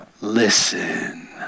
listen